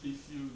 if you